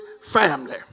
family